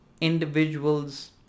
individuals